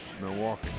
Milwaukee